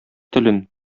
телен